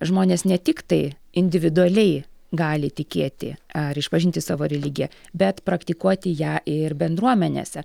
žmonės ne tik tai individualiai gali tikėti ar išpažinti savo religiją bet praktikuoti ją ir bendruomenėse